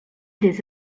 des